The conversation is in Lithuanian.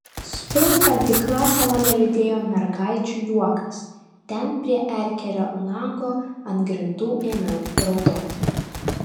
sprunkant į klasę mane lydėjo mergaičių juokas ten prie erkerio lango ant grindų ėmiau raudoti